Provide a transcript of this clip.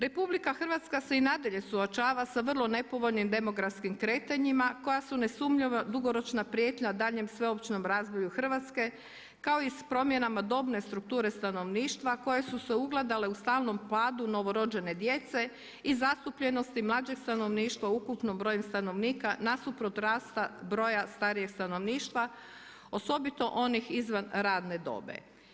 Republika Hrvatska se i nadalje suočava sa vrlo nepovoljnim demografskim kretanjima koja su nesumnjivo dugoročna prijetnja daljnjem sveopćem razvoju Hrvatske kao i s promjenama dobne strukture stanovništva koje su se ugledale u stalnom padu novorođene djece i zastupljenosti mlađeg stanovništva ukupnom broju stanovnika nasuprot rasta broja starijeg stanovništva, osobito onih izvan radne dobi.